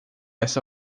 esta